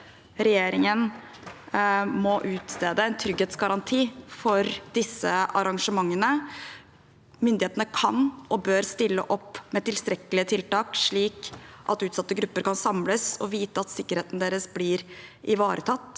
regjeringen må utstede en trygghetsgaranti for disse arrangementene. Myndighetene kan og bør stille opp med tilstrekkelige tiltak, slik at utsatte grupper kan samles og vite at sikkerheten deres blir ivaretatt.